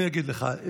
אני אגיד לך,